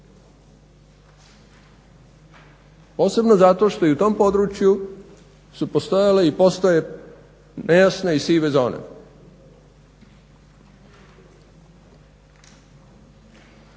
posebno zato što i u tom području su postojale i postoje nejasne i sive zone.